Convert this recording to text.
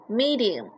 medium